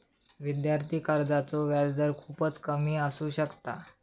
विद्यार्थी कर्जाचो व्याजदर खूपच कमी असू शकता